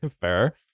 Fair